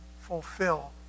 fulfill